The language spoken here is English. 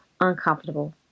uncomfortable